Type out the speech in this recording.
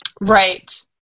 Right